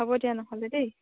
হ'ব দিয়া নহ'লে দেই